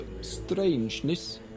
strangeness